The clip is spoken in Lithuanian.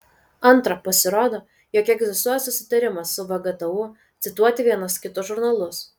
antra pasirodo jog egzistuoja susitarimas su vgtu cituoti vienas kito žurnalus